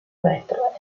retro